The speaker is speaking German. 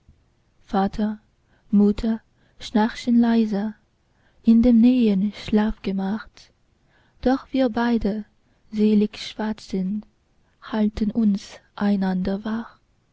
vater mutter schnarchen leise in dem nahen schlafgemach doch wir beide selig schwatzend halten uns einander